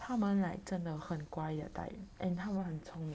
他们 like 真的很乖也 like and 他们很聪明